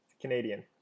Canadian